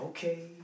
Okay